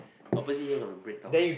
opposite here got BreadTalk